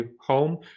home